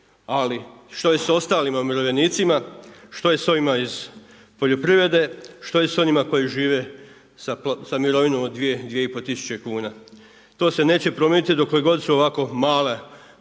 Ali što je sa ostalim umirovljenicima? Što je sa ovima iz poljoprivrede, što je s onima koji žive sa mirovinom od 2, 2,5 tisuće kuna? To se neće promijeniti dokle god su ovako male, minimalna